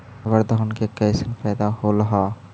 अबर धान के कैसन पैदा होल हा?